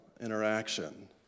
interaction